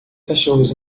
cachorros